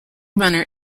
runner